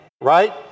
Right